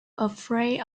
afraid